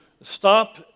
stop